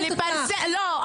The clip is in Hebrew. לא.